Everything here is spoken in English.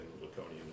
Laconian